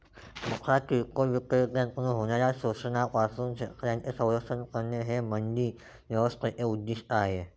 मोठ्या किरकोळ विक्रेत्यांकडून होणाऱ्या शोषणापासून शेतकऱ्यांचे संरक्षण करणे हे मंडी व्यवस्थेचे उद्दिष्ट आहे